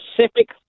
specific